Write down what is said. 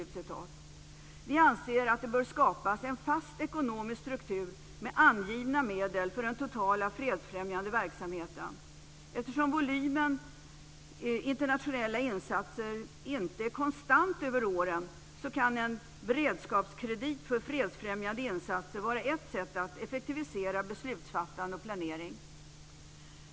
Vi anser att det bör skapas en fast ekonomisk struktur med angivna medel för den totala fredsfrämjande verksamheten. Eftersom volymen internationella insatser inte är konstant över åren kan en beredskapskredit för fredsfrämjande insatser vara ett sätt att effektivisera beslutsfattande och planering.